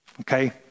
Okay